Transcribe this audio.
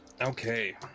Okay